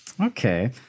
Okay